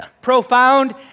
profound